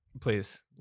Please